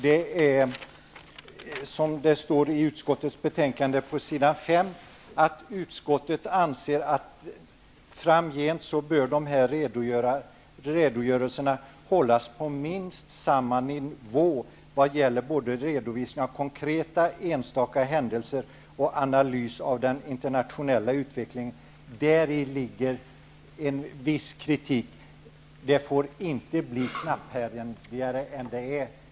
Det står i utskottets betänkande på s. 5 att utskottet anser att framgent bör dessa redogörelser hållas på minst samma nivå vad gäller både redovisning av konkreta enstaka händelser och analys av den internationella utvecklingen. Däri ligger en viss kritik. Det får inte bli knapphändigare än det är.